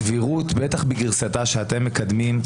סבירות בטח בגרסתה שאתם מקדמים,